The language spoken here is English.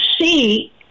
see